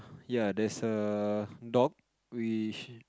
ya there's a dog